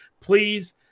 Please